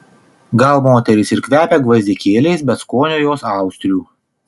gal moterys ir kvepia gvazdikėliais bet skonio jos austrių